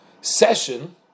session